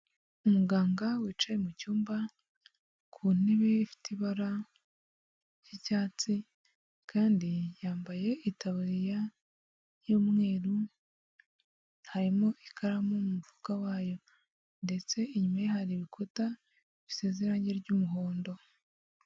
Umuganga wicaye mu cyumba, ku ntebe ifite ibara ry'icyatsi kandi yambaye itaburiya y'umweru, harimo ikaramu mu mufuka wayo ndetse inyuma ye hari ibikuta bisize irangi ry'umuhondo,